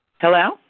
Hello